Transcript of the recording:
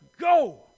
go